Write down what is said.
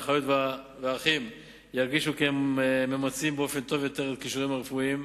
האחיות והאחים ירגישו כי הם ממצים טוב יותר את כישוריהם הרפואיים.